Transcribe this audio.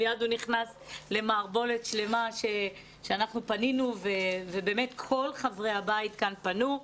הוא נכנס למערבולת שלמה וכל חברי הבית כאן פנו.